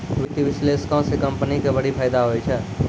वित्तीय विश्लेषको से कंपनी के बड़ी फायदा होय छै